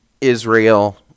Israel